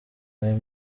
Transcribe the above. ayo